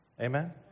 Amen